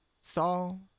Saul